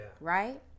Right